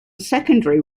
secondary